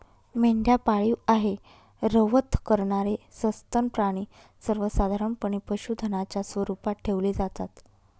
मेंढ्या पाळीव आहे, रवंथ करणारे सस्तन प्राणी सर्वसाधारणपणे पशुधनाच्या स्वरूपात ठेवले जातात